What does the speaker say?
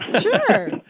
Sure